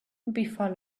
before